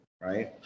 right